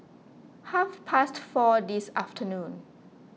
half past four this afternoon